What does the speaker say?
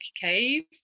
Cave